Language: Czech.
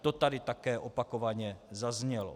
To tady také opakovaně zaznělo.